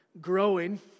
growing